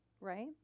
right